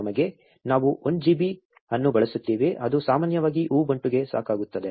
ನಮಗೆ ನಾವು 1 GB ಅನ್ನು ಬಳಸುತ್ತೇವೆ ಅದು ಸಾಮಾನ್ಯವಾಗಿ ಉಬುಂಟುಗೆ ಸಾಕಾಗುತ್ತದೆ